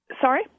Sorry